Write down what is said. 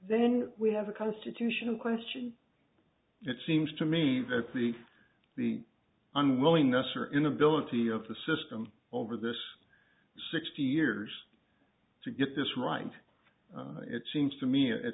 then we have a constitutional question it seems to me that the the unwillingness or inability of the system over this sixty years to get this right it seems to me at